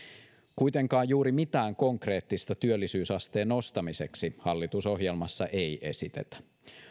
kuitenkaan juuri mitään konkreettista työllisyysasteen nostamiseksi hallitusohjelmassa ei esitetä